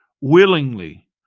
willingly